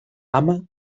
ama